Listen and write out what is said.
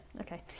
okay